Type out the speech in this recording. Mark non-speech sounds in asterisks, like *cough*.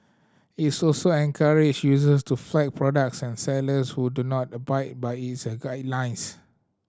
it *unintelligible* encourage users to flag products and sellers who do not abide by its a guidelines